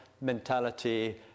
mentality